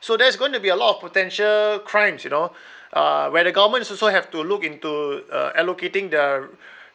so there's going to be a lot of potential crimes you know uh where the governments also have to look into uh allocating the